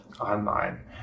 online